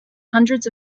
hundreds